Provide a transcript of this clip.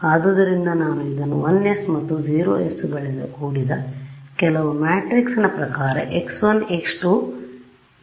ಆದ್ದರಿಂದ ನಾನು ಇದನ್ನು 1s ಮತ್ತು 0s ಗಳಿಂದ ಕೂಡಿದ ಕೆಲವು ಮ್ಯಾಟ್ರಿಕ್ಸ್ನ ಪ್ರಕಾರ x1 x2 ನಿಂದ ಗುಣಿಸಬಹುದು